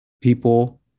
People